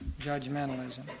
judgmentalism